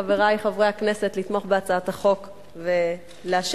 חברי חברי הכנסת לתמוך בהצעת החוק ולאשר